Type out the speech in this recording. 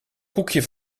koekje